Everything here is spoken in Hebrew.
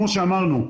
כמו שאמרנו,